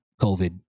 COVID